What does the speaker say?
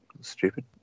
Stupid